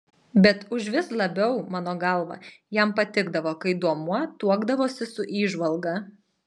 bet užvis labiau mano galva jam patikdavo kai duomuo tuokdavosi su įžvalga